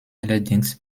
allerdings